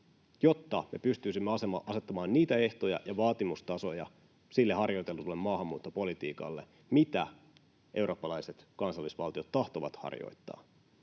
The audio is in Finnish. jotta me pystyisimme asettamaan niitä ehtoja ja vaatimustasoja sille harjoitetulle maahanmuuttopolitiikalle, mitä eurooppalaiset kansallisvaltiot tahtovat harjoittaa.